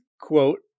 quote